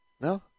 No